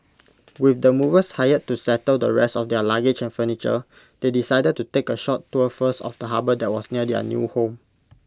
with the movers hired to settle the rest of their luggage and furniture they decided to take A short tour first of the harbour that was near their new home